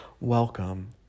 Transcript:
welcome